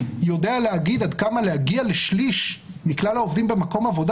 יודע להגיד עד כמה להגיע לשליש מכלל העובדים במקום העבודה